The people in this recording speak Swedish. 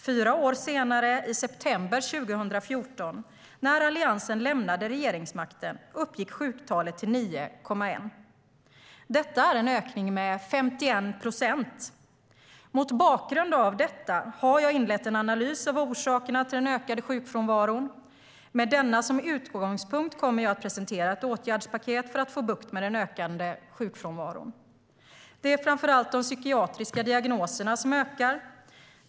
Fyra år senare, i september 2014 när Alliansen lämnade regeringsmakten, uppgick sjuktalet till 9,1. Detta är en ökning med 51 procent. Mot bakgrund av detta har jag inlett en analys av orsakerna till den ökande sjukfrånvaron. Med denna som utgångspunkt kommer jag att presentera ett åtgärdspaket för att få bukt med den ökande sjukfrånvaron. Det är framför allt de psykiatriska diagnoserna som ökar.